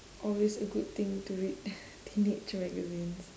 always a good thing to read teenage magazines